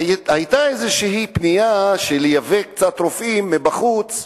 היתה איזו פנייה לייבא קצת רופאים מבחוץ,